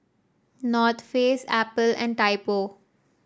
North Face Apple and Typo